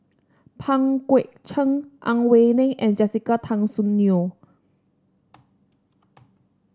Pang Guek Cheng Ang Wei Neng and Jessica Tan Soon Neo